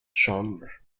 genre